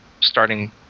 starting